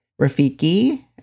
Rafiki